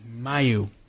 Mayu